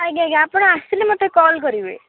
ଆଜ୍ଞା ଆଜ୍ଞା ଆପଣ ଆସିଲେ ମୋତେ କଲ୍ କରିବେ